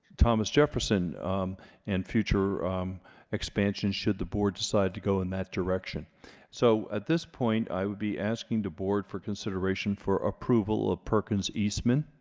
thomas jefferson and future expansion should the board decide to go in that direction so at this point i would be asking the board for consideration for approval of perkins eastman